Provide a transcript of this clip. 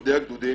מפקדי הגדודים,